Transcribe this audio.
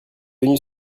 venus